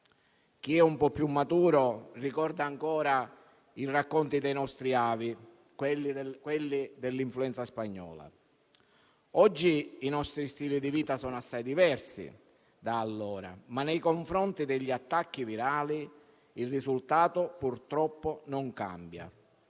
Chi è un po' più maturo ricorda ancora i racconti dei nostri avi, quelli dell'influenza spagnola. Oggi i nostri stili di vita sono assai diversi da allora, ma nei confronti degli attacchi virali il risultato, purtroppo, non cambia.